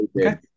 Okay